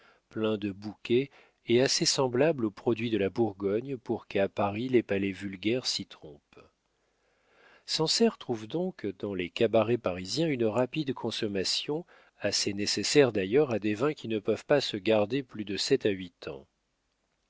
pleins de bouquet assez semblables aux produits de la bourgogne pour qu'à paris les palais vulgaires s'y trompent sancerre trouve donc dans les cabarets parisiens une rapide consommation assez nécessaire d'ailleurs à des vins qui ne peuvent pas se garder plus de sept à huit ans